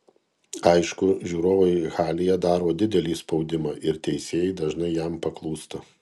aišku žiūrovai halėje daro didelį spaudimą ir teisėjai dažnai jam paklūsta